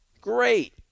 great